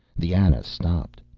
the ana stopped,